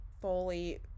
fully